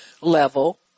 level